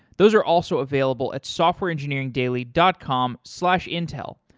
those are also available at softwareengineeringdaily dot com slash intel.